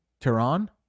tehran